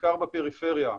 בעיקר בפריפריה,